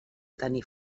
tenir